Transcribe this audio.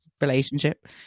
relationship